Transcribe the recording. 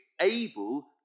able